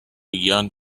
young